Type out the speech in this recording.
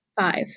Five